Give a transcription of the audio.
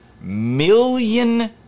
million